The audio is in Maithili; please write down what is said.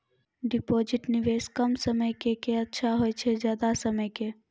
डिपॉजिट निवेश कम समय के के अच्छा होय छै ज्यादा समय के?